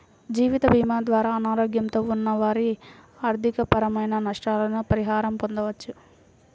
జీవితభీమా ద్వారా అనారోగ్యంతో ఉన్న వారి ఆర్థికపరమైన నష్టాలకు పరిహారం పొందవచ్చు